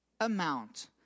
amount